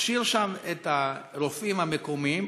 ומכשיר שם את הרופאים המקומיים